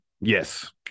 Yes